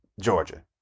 Georgia